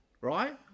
right